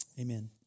Amen